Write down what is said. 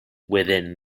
within